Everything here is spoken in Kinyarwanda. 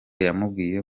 yamubwiye